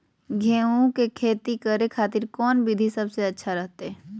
गेहूं के खेती करे खातिर कौन विधि सबसे अच्छा रहतय?